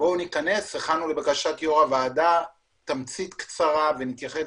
הכנו לבקשת יושב-ראש הוועדה תמצית קצרה ונתייחס